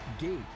Gate